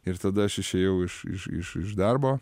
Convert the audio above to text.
ir tada aš išėjau iš iš iš iš darbo